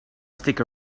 stick